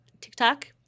TikTok